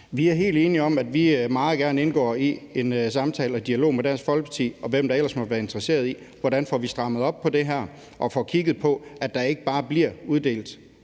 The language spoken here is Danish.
Vi er helt enige om, at vi meget gerne indgår i en samtale og dialog med Dansk Folkeparti, og hvem der ellers måtte være interesseret i det, om, hvordan vi får strammet op på det her og får kigget på, at der ikke bare bliver uddelt